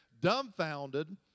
dumbfounded